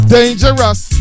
Dangerous